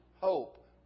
hope